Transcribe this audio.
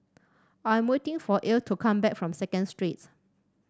I am waiting for Irl to come back from Second Street